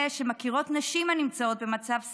שמכירות נשים הנמצאות במצב סיכון: